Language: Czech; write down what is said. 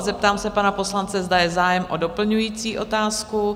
Zeptám se pana poslance, zda je zájem o doplňující otázku?